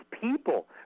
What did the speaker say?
people